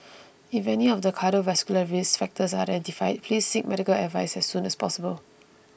if any of the cardiovascular risk factors are identified please seek medical advice as soon as possible